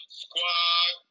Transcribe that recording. squad